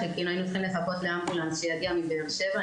היינו צריכים לחכות לאמבולנס שיגיע מבאר שבע.